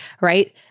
right